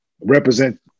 represent